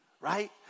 Right